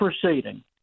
proceeding